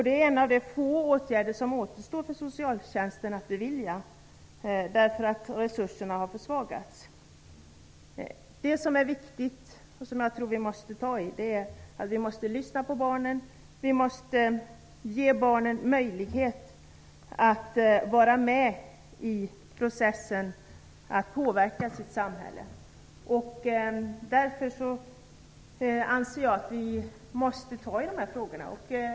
Det är en av de få åtgärder som kvarstår för socialtjänsten att bevilja, eftersom resurserna har försvagats. Det som är viktigt och som vi måste ta tag i är att vi måste lyssna på barnen. Vi måste ge barnen möjlighet att vara med i processen att påverka sitt samhälle. Därför anser jag att vi måste ta itu med dessa frågor.